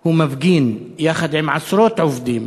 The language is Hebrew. הוא מפגין יחד עם עשרות עובדים